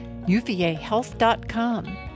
UVAHealth.com